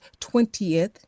20th